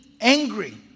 angry